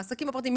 העסקים הפרטים,